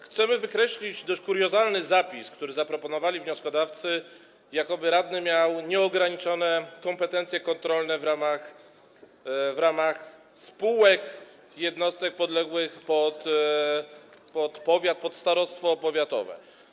Chcemy wykreślić dość kuriozalny zapis, który zaproponowali wnioskodawcy, jakoby radny miał mieć nieograniczone kompetencje kontrolne w ramach spółek i jednostek podległych pod powiat, pod starostwo powiatowe.